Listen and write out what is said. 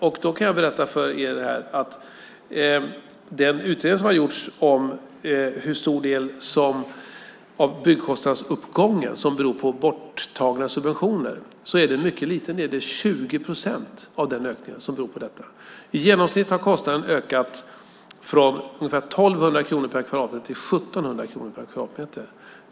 Jag kan berätta för er här att den utredning som har gjorts också visar hur stor del av byggkostnadsuppgången som beror på borttagna subventioner. Det är en mycket liten del. Det är 20 procent av ökningen som beror på detta. I genomsnitt har kostnaden ökat från ungefär 1 200 kronor per kvadratmeter till 1 700 kronor per kvadratmeter.